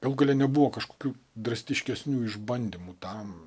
galų gale nebuvo kažkokių drastiškesnių išbandymų tam